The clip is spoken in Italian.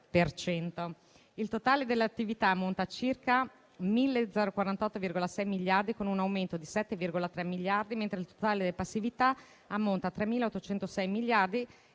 Il totale delle attività ammonta a circa 1.048,6 miliardi, con un aumento di 7,3 miliardi, mentre il totale delle passività ammonta a 3.806 miliardi